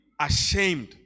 ashamed